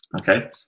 Okay